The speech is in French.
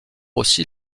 aussi